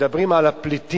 שכשמדברים על הפליטים,